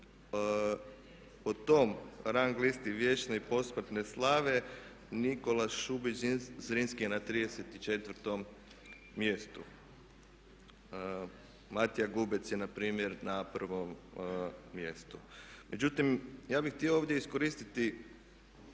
po toj rang listi vječne i posmrtne slave Nikola Šubić Zrinski je na 34 mjestu. Matija Gubec je na primjer na prvom mjestu. Međutim, ja bih htio ovdje iskoristiti